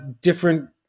different